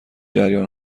جریان